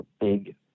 big